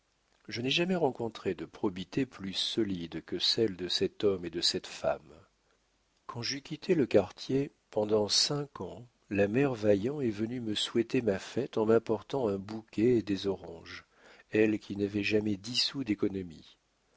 je n'ai jamais rencontré de probité plus solide que celle de cet homme et de cette femme quand j'eus quitté le quartier pendant cinq ans la mère vaillant est venue me souhaiter ma fête en m'apportant un bouquet et des oranges elle qui n'avait jamais dix sous d'économie